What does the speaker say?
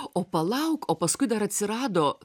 o palauk o paskui dar atsirado